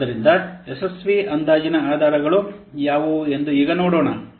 ಆದ್ದರಿಂದ ಯಶಸ್ವಿ ಅಂದಾಜಿನ ಆಧಾರಗಳು ಯಾವುವು ಎಂದು ಈಗ ನೋಡೋಣ